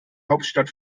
hauptstadt